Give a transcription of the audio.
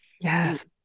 Yes